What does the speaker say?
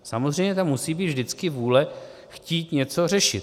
Samozřejmě tam musí být vždycky vůle chtít něco řešit.